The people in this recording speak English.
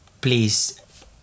please